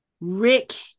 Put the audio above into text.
Rick